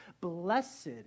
blessed